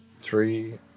three